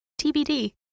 TBD